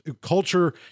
culture